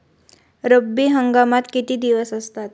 रब्बी हंगामात किती दिवस असतात?